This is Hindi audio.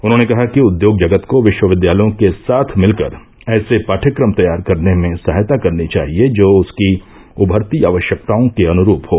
उन्होंने कहा कि उद्योग जगत को विश्वविद्यालयों के साथ मिलकर ऐसे पाठ्यक्रम तैयार करने में सहायता करनी चाहिए जो उसकी उमरती आवश्यकताओं के अनुरूप हों